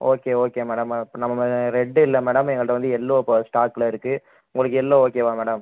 okay okay madam அப்போ நம்ம red இல்லை மேடம் எங்கள்ட்ட வந்து எல்லோ இப்போது ஸ்டாக்கில் இருக்குது உங்களுக்கு எல்லோ ஓகேவா மேடம்